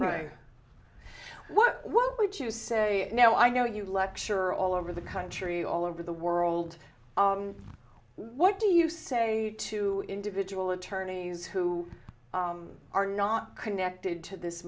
what what would you say now i know you lecture all over the country all over the world what do you say to individual attorneys who are not connected to this